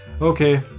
Okay